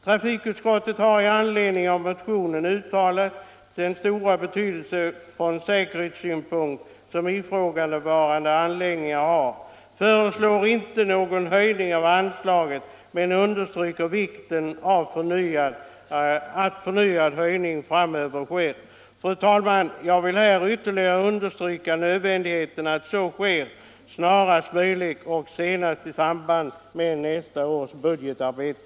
Trafikutskottet har i anledning av motionen uttalat den stora betydelse från säkerhetssynpunkt som ifrågavarande anläggningar har. Utskottet föreslår nu inte någon höjning av anslaget men understryker vikten av att förnyad höjning framöver sker. Fru talman! Jag vill här ytterligare understryka nödvändigheten av att så sker snarast möjligt och senast i samband med nästa års budgetarbete.